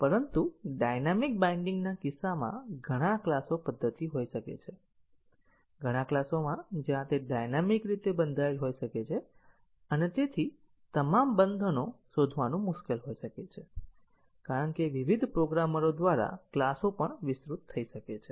પરંતુ ડાયનેમિક બાઈન્ડીંગના કિસ્સામાં ઘણા ક્લાસો પદ્ધતિ હોઈ શકે છે ઘણા ક્લાસોમાં જ્યાં તે ડાયનેમિક રીતે બંધાયેલ હોઈ શકે છે અને તમામ બંધનો શોધવાનું મુશ્કેલ હોઈ શકે છે કારણ કે વિવિધ પ્રોગ્રામરો દ્વારા ક્લાસો પણ વિસ્તૃત થઈ શકે છે